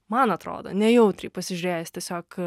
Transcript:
man atrodo nejautriai pasižiūrėjęs tiesiog